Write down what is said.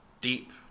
deep